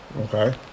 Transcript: Okay